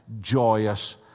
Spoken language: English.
joyous